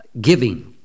giving